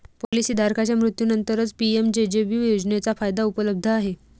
policy धारकाच्या मृत्यूनंतरच PMJJB योजनेचा फायदा उपलब्ध आहे